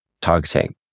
targeting